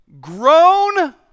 Grown